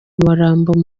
umurambo